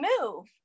move